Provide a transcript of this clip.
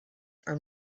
are